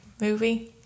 movie